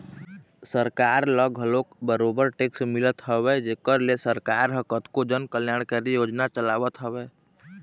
सरकार ल घलोक बरोबर टेक्स मिलत हवय जेखर ले सरकार ह कतको जन कल्यानकारी योजना चलावत हवय